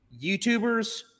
YouTubers